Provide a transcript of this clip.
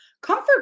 Comfort